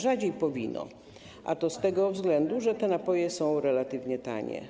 Rzadziej po wino, a to z tego względu, że te napoje są relatywnie tanie.